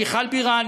מיכל בירן,